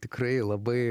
tikrai labai